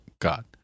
God